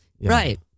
Right